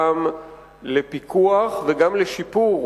גם לפיקוח וגם לשיפור